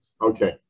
Okay